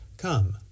Come